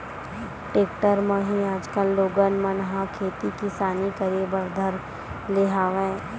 tractor म ही आजकल लोगन मन ह खेती किसानी करे बर धर ले हवय